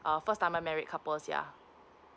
err first timer married couples yeah